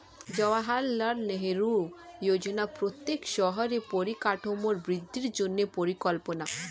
জাওহারলাল নেহেরু যোজনা প্রত্যেক শহরের পরিকাঠামোর বৃদ্ধির জন্য পরিকল্পনা